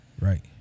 right